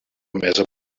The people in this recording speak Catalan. emesa